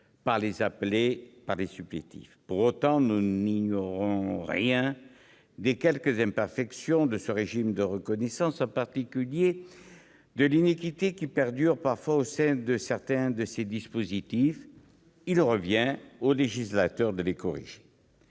par les appelés et par les supplétifs. Pour autant, nous n'ignorons rien des quelques imperfections de ce régime de reconnaissance, en particulier de l'iniquité qui perdure parfois au sein de certains de ses dispositifs. Il revient au législateur de les corriger.